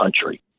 country